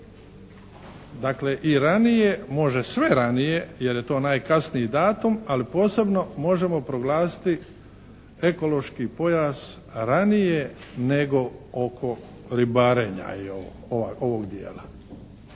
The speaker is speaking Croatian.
dakle i ranije, može sve ranije, jer je to najkasniji datum, ali posebno možemo proglasiti ekološki pojas ranije nego oko ribarenja i ovog dijela